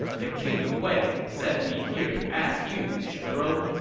the king of wei sent me here to ask you, general,